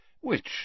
Which